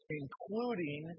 including